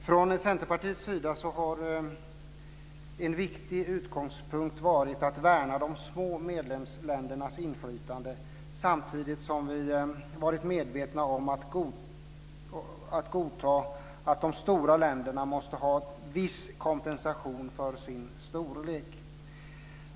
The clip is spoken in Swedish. Från Centerpartiet har en viktig utgångspunkt varit att värna de små medlemsländernas inflytande samtidigt som vi varit medvetna om att man måste godta att de stora länderna måste ha viss kompensation för sin storlek.